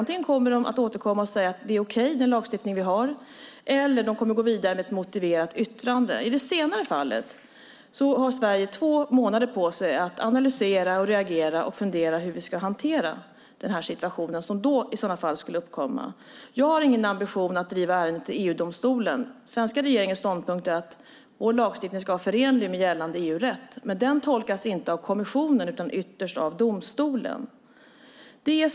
Antingen kommer kommissionen att återkomma och säga att den lagstiftning vi har är okej eller så kommer den att gå vidare med ett motiverat yttrande. I det senare fallet har Sverige två månader på sig att analysera, reagera och fundera på hur vi ska hantera den situation som i så fall skulle uppkomma. Jag har ingen ambition att driva ärendet till EU-domstolen. Den svenska regeringens ståndpunkt är att vår lagstiftning ska vara förenlig med gällande EU-rätt. Men den tolkas inte av kommissionen utan ytterst av domstolen.